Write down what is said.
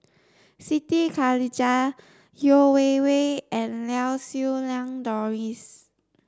Siti Khalijah Yeo Wei Wei and Lau Siew Lang Doris